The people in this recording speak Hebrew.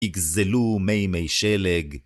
יגזלו מי מי שלג.